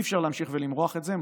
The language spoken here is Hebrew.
אי-אפשר להמשיך למרוח את זה.